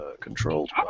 controlled